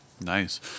Nice